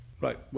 Right